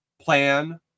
Plan